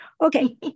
Okay